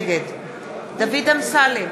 נגד דוד אמסלם,